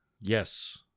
Yes